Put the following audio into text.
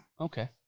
okay